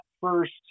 first